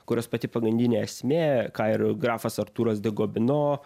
kurios pati pagrindinė esmė ką ir grafas artūras de gobino